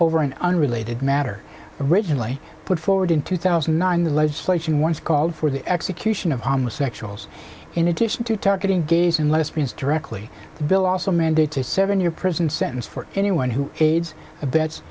over an unrelated matter originally put forward in two thousand and nine the legislation once called for the execution of homosexuals in addition to targeting gays and lesbians directly the bill also mandates a seven year prison sentence for anyone who aids